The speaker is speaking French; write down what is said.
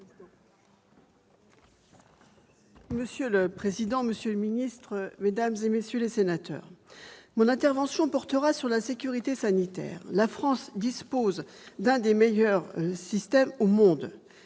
Monsieur le président, monsieur le ministre, mes chers collègues, mon intervention portera sur la sécurité sanitaire. La France dispose de l'un des meilleurs systèmes au monde.